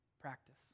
practice